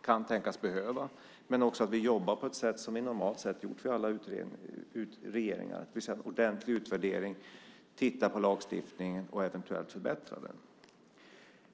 kan tänkas behövas, men också för att vi jobbar på ett sätt som vi normalt sett gjort vid alla regeringar, det vill säga med en ordentlig utvärdering tittar på lagstiftningen och eventuellt förbättrar den.